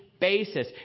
basis